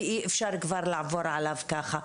ואי אפשר כבר לעבור עליו ככה.